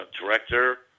director